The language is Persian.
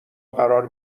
قرار